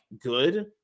good